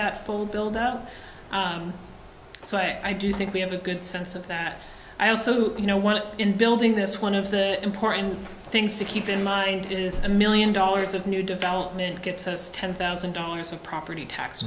that full build up so i do think we have a good sense of that i also want to in building this one of the important things to keep in mind is a million dollars of new development gets us ten thousand dollars of property tax